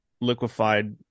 liquefied